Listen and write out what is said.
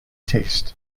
taste